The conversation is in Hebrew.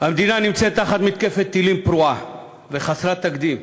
המדינה נמצאת תחת מתקפת טילים פרועה וחסרת תקדים,